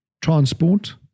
transport